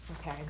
okay